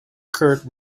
curb